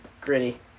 Gritty